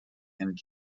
and